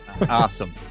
awesome